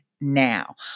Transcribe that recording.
now